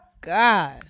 god